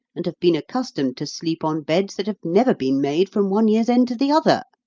and have been accustomed to sleep on beds that have never been made from one year's end to the other.